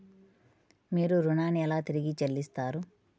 మీరు ఋణాన్ని ఎలా తిరిగి చెల్లిస్తారు?